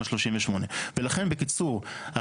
בקיצור,